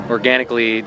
Organically